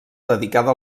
dedicada